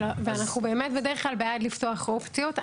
ואנחנו באמת בדרך כלל בעד לפתוח אופציות.